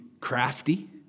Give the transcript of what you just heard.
crafty